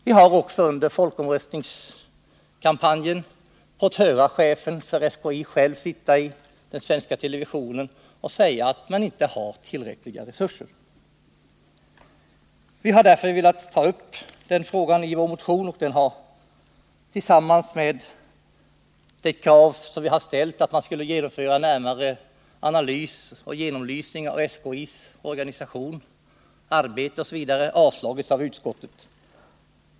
Vi har också under folkomröstningskampanjen fått höra chefen för SKI själv sitta i den svenska televisionen och säga att man inte har tillräckliga resurser. Vi har därför velat ta upp den frågan i vår motion. I denna har vi också fört fram vårt krav att man skulle genomföra en närmare analys och genomlysning av SKI:s organisation, arbete osv. Motionen har avstyrkts av utskottet.